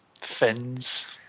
fins